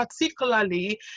Particularly